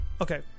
Okay